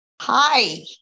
Hi